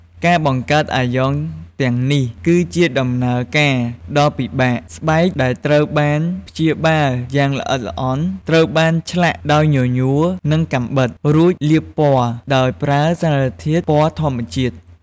ការបង្កើតអាយ៉ងទាំងនេះ គឺជាដំណើរការដ៏លំបាក៖ ស្បែកដែលត្រូវបានព្យាបាលយ៉ាងល្អិតល្អន់ ត្រូវបានឆ្លាក់ដោយញញួរ និងកាំបិត រួចលាបពណ៌ដោយប្រើសារធាតុពណ៌ធម្មជាតិ។